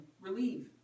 relieve